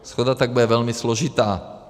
Shoda tak bude velmi složitá.